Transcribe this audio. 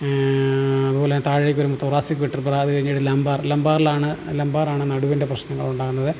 അതുപോലെ താഴേക്ക് വരുമ്പോൾ തൊറാസിക് വെർട്ടിബ്ര അതുകഴിഞ്ഞ് ലംബാർ ലംബാറിലാണ് ലംബാറാണ് നടുവിൻ്റെ പ്രശ്നങ്ങൾ ഉണ്ടാവുന്നത്